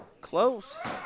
Close